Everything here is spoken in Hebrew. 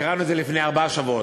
קראנו את זה לפני ארבעה שבועות.